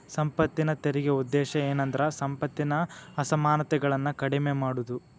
ಸಂಪತ್ತಿನ ತೆರಿಗೆ ಉದ್ದೇಶ ಏನಂದ್ರ ಸಂಪತ್ತಿನ ಅಸಮಾನತೆಗಳನ್ನ ಕಡಿಮೆ ಮಾಡುದು